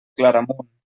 claramunt